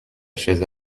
chaise